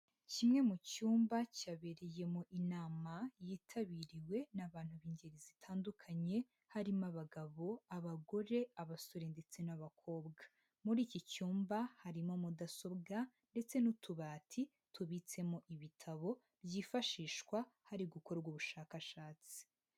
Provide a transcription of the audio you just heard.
Kimwe mu cyumba cyabereyemo inama yitabiriwe n'abantu b'ingeri zitandukanye, harimo abagabo, abagore, abasore ndetse n'abakobwa, muri iki cyumba harimo mudasobwa ndetse n'utubati tubitsemo ibitabo byifashishwa hari gukorwa ubushakashatsi.